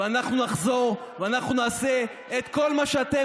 ואנחנו נחזור ואנחנו נעשה את כל מה שאתם,